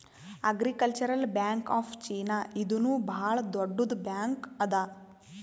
agricultural bank of China ಇದೂನು ಭಾಳ್ ದೊಡ್ಡುದ್ ಬ್ಯಾಂಕ್ ಅದಾ